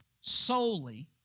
solely